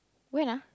when ah